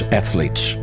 athletes